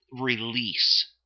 release